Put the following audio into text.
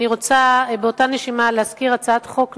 אני רוצה באותה נשימה להזכיר הצעת חוק נוספת,